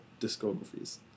discographies